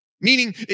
Meaning